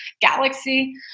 galaxy